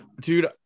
dude